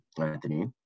Anthony